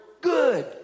good